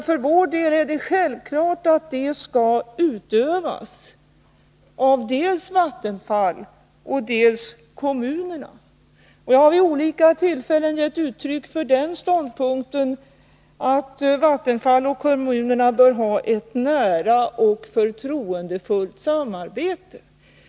För min del är det självklart att det inflytandet skall utövas av dels Vattenfall, dels kommunerna. Jag har vid olika tillfällen gett uttryck för den ståndpunkten att Vattenfall och kommunerna bör ha ett nära och förtroendefullt samarbete.